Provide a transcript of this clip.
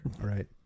Right